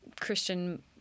Christian